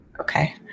Okay